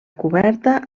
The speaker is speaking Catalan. coberta